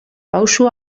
pausu